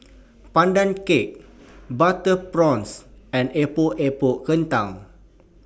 Pandan Cake Butter Prawns and Epok Epok Kentang